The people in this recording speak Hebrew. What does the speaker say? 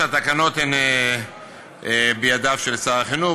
התקנות הן בידיו של שר החינוך,